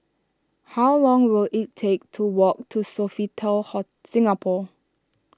how long will it take to walk to Sofitel Singapore